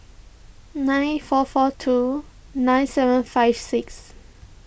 nine four four two nine seven five six